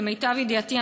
למיטב ידיעתי,